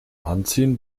anziehen